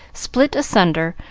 split asunder,